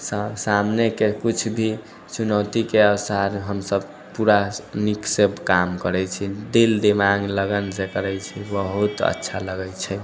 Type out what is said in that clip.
सामनेके किछु भी चुनौतीके अवसर हमसब पूरा नीकसँ काम करैत छी दिल दिमाग लगनसँ करै छी बहुत अच्छा लगै छै